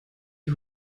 die